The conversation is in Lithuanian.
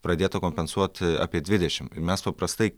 pradėta kompensuot apie dvidešim ir mes paprastai